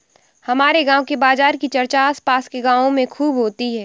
हमारे गांव के बाजार की चर्चा आस पास के गावों में खूब होती हैं